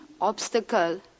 obstacle